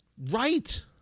right